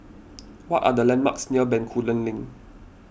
what are the landmarks near Bencoolen Link